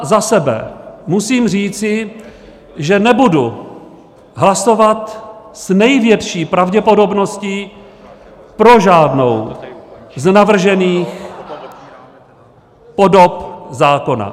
Za sebe musím říci, že nebudu hlasovat s největší pravděpodobností pro žádnou z navržených podob zákona.